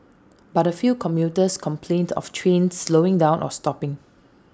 but A few commuters complained of trains slowing down or stopping